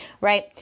right